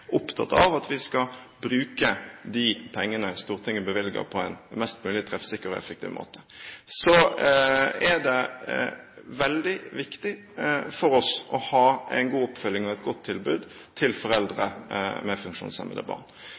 opptatt av at vi skal bruke de pengene Stortinget bevilger, på en mest mulig treffsikker og effektiv måte. Så er det veldig viktig for oss å ha en god oppfølging og et godt tilbud til foreldre med funksjonshemmede barn.